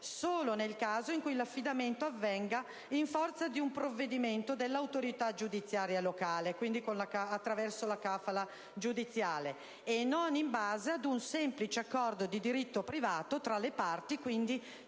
solo nel caso in cui l'affidamento avvenga in forza di un provvedimento dell'autorità giudiziaria locale (attraverso la *kafala* giudiziale), e non in base ad un semplice accordo di diritto privato tra le parti (quindi,